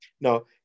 No